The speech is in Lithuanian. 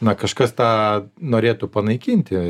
na kažkas tą norėtų panaikinti